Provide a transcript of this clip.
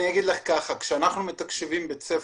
כשאנחנו מתקשבים בית ספר,